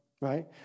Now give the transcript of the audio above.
right